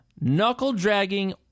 knuckle-dragging